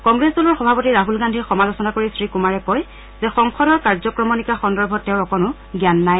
কংগ্ৰেছ দলৰ সভাপতি ৰাহুল গান্ধীৰ সমালোচনা কৰি শ্ৰীকুমাৰে কয় যে সংসদৰ কাৰ্য্যক্ৰমণিকা সন্দৰ্ভত তেওঁৰ অকণো জ্ঞান নাই